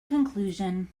conclusion